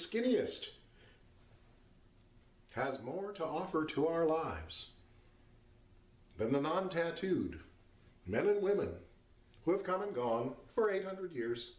skinniest has more to offer to our lives than the non tattooed men and women who have come and gone for a hundred years